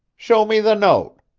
show me the note,